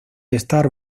estar